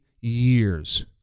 years